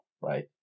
right